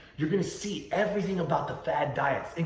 you're going to see everything about the fad diets, and